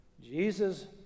Jesus